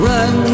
Run